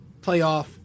playoff